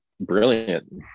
brilliant